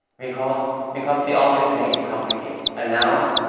because because we always and make it complicated and now,